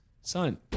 son